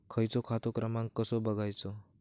बँकेचो खाते क्रमांक कसो बगायचो?